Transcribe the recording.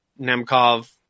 Nemkov